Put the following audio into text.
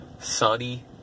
Sunny